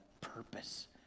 purpose